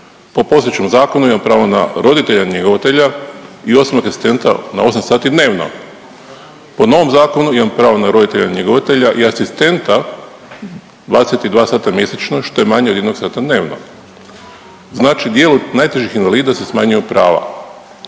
po postojećem zakonu imam pravo na roditelja njegovatelja i osobnog asistenta na 8 sati dnevno. Po novom zakonu imam pravo na roditelja njegovatelja i asistenta 22 sata mjesečno, što je manje od jednog sata dnevno, znači dijelu najtežih invalida se smanjuju prava.